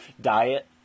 diet